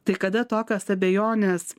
tai kada tokios abejonės